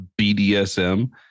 BDSM